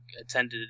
attended